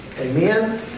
Amen